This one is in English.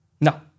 No